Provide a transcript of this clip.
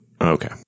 Okay